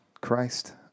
Christ